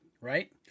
right